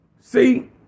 see